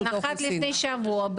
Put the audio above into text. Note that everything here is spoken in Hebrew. נחת לפני שבוע,